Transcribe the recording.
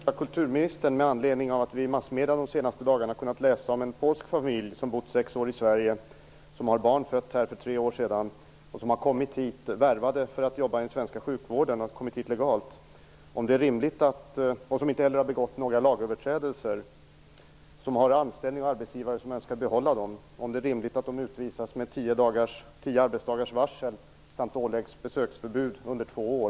Herr talman! Jag skulle vilja ställa en fråga kulturministern med anledning av att vi i massmedierna de senaste dagarna har kunnat läsa om en polsk familj som bott i sex år i Sverige och som fött ett barn här för tre år sedan. De har kommit hit legalt, värvade för att jobba i den svenska sjukvården. Vidare har de inte gjort några lagöverträdelser. De har anställning och arbetsgivare som önskar behålla dem. Min fråga är: Är det rimligt att de här personerna utvisas med tio arbetsdagars varsel samt åläggs besöksförbud under två år?